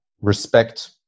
respect